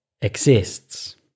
exists